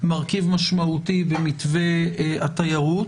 מרכיב משמעותי במתווה התיירות,